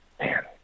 man